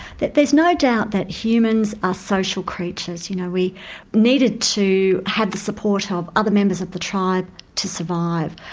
that there's no doubt that humans are social creatures, you know we needed to have the support of other members of the tribe to survive.